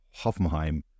Hoffenheim